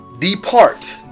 Depart